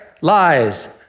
Lies